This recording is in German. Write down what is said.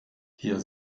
hier